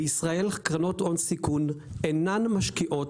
בישראל קרנות הון-סיכון אינן משקיעות